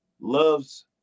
loves